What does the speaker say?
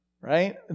right